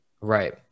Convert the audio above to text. Right